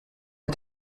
est